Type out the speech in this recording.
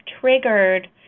triggered